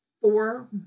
four